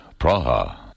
Praha